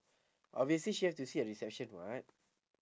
obviously she have to sit at the reception [what]